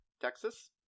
Texas